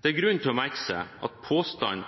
Det er grunn til å merke seg at påstanden